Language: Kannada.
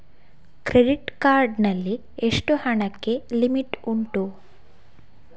ಕ್ರೆಡಿಟ್ ಕಾರ್ಡ್ ನಲ್ಲಿ ಎಷ್ಟು ಹಣಕ್ಕೆ ಲಿಮಿಟ್ ಉಂಟು?